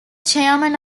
chairman